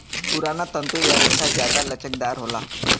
पुराना तंतु या रेसा जादा लचकदार होला